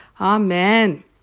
amen